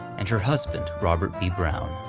and her husband robert b brown.